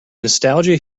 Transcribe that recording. nostalgia